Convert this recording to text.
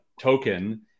token